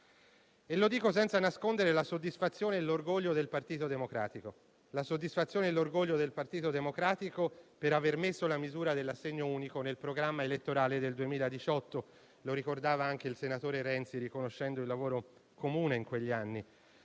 Dico questo senza nascondere la soddisfazione e l'orgoglio del Partito Democratico per aver inserito la misura dell'assegno unico nel programma elettorale del 2018 (lo ha ricordato anche il senatore Renzi, riconoscendo il lavoro comune fatto in quegli anni),